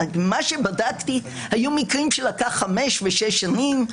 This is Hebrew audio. בדקתי וראיתי שהיו מקרים שלקח חמש ושש שנים.